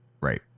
Right